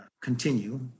continue